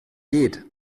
geht